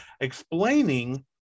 explaining